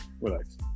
Relax